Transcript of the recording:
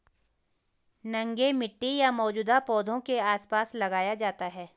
नंगे मिट्टी या मौजूदा पौधों के आसपास लगाया जाता है